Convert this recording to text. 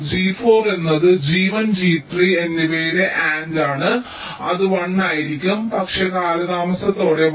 G4 എന്നത് G1 G3 എന്നിവയുടെ AND ആണ് അത് 1 ആയിരിക്കും പക്ഷേ കാലതാമസത്തോടെ 1